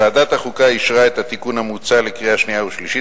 ועדת החוקה אישרה את התיקון המוצע לקריאה שנייה ושלישית